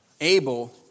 Abel